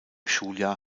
schuljahr